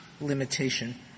limitation